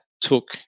took